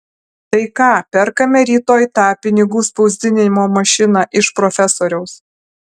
tai ką perkame rytoj tą pinigų spausdinimo mašiną iš profesoriaus